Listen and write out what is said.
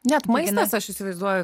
net mainais aš įsivaizduoju